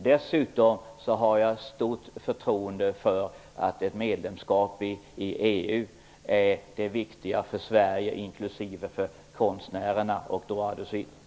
Dessutom har jag en stor tro på att ett medlemskap i EU är det viktiga för Sverige, inklusive för konstnärerna och ''droit de suite''.